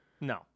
No